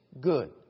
Good